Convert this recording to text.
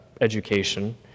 education